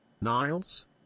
Niles